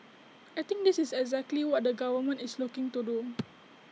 I think this is exactly what the government is looking to do